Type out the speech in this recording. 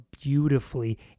beautifully